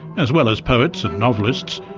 as well as poets and novelists,